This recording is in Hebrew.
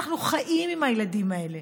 אנחנו חיים עם הילדים האלה,